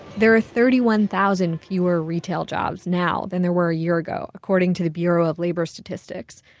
there are thirty one thousand fewer retail jobs now than there were a year ago, according to the bureau of labor statistics,